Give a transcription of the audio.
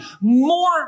more